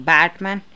Batman